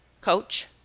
coach